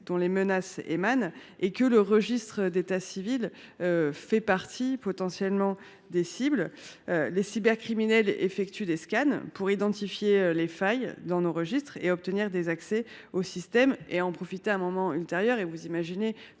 et de la Chine et que le registre d’état civil fait partie des cibles potentielles. Les cybercriminels effectuent des scans pour identifier les failles dans nos registres, obtenir un accès au système et en profiter à un moment ultérieur – vous imaginez